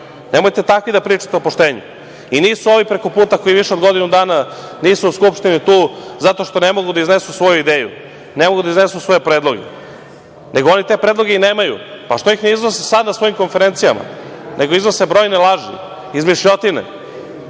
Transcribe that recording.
Nemojte takvi da pričate o poštenju. Nisu ovi preko puta koji više od godinu dana nisu u Skupštini tu zato što ne mogu da iznesu svoju ideju, ne mogu da iznesu svoje predloge, nego oni te predloge i nemaju. Što ih ne iznose sada na svojim konferencijama, nego iznose brojne laži, izmišljotine?